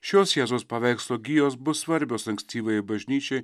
šios jėzaus paveikslo gijos bus svarbios ankstyvajai bažnyčiai